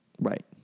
Right